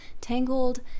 tangled